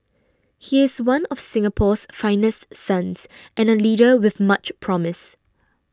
he is one of Singapore's finest sons and a leader with much promise